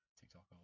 TikTok